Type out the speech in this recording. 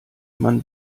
man